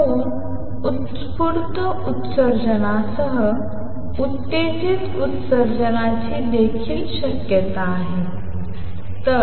दोन उत्स्फूर्त उत्सर्जनासह उत्तेजित उत्सर्जनाची देखील शक्यता आहे